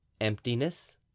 Emptiness